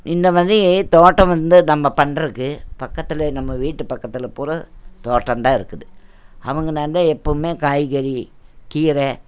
இந்த மாதிரி தோட்டம் வந்து நம்ப பண்ணுறக்கு பக்கத்தில் நம்ம வீட்டு பக்கத்தில் பூரா தோட்டம்தான் இருக்குது அவங்க நான் தான் எப்போவுமே காய்கறி கீரை